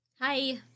Hi